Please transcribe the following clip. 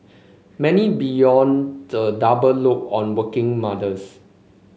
many bemoan the double load on working mothers